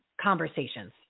conversations